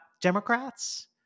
Democrats